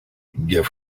give